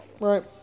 right